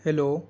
hello